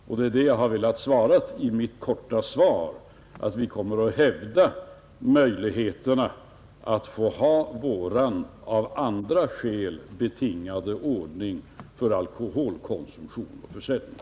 Det är det som jag har velat säga i mitt korta svar, alltså att vi kommer att hävda möjligheterna att få ha vår av andra skäl betingade ordning för alkoholkonsumtion och försäljning.